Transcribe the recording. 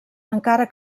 encara